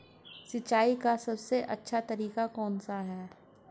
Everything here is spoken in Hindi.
सिंचाई का सबसे सस्ता तरीका कौन सा है?